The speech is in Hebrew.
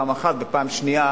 שנית,